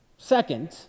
Second